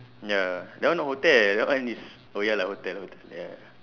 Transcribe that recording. ya that one hotel that one is oh ya the hotel ya